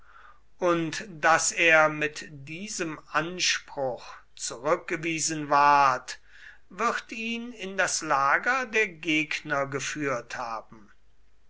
und daß er mit diesem anspruch zurückgewiesen ward wird ihn in das lager der gegner geführt haben